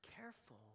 careful